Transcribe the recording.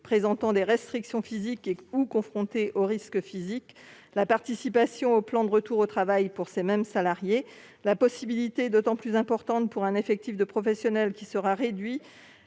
présentant des restrictions physiques ou confrontés au risque physique ; la participation au plan de retour au travail pour ces mêmes salariés ; la possibilité, d'autant plus importante pour un effectif de professionnels qui sera réduit